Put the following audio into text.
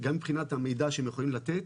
גם מבחינת המידע שהם יכולים לתת,